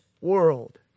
world